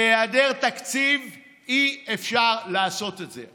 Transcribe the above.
בהיעדר תקציב אי-אפשר לעשות את זה.